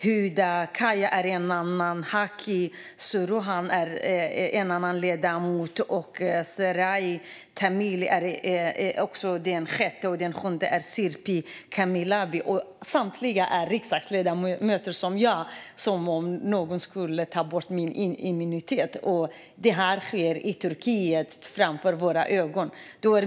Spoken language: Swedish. Hüda Kaya är den fjärde, Hakkı Saruhan Oluç är den femte, Sezai Temelli den sjätte och Serpil Kemalbay den sjunde ledamoten. Samtliga är riksdagsledamöter som jag. Det är alltså som om någon skulle ta bort min immunitet, och det här sker i Turkiet inför våra ögon.